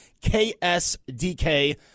KSDK